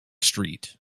street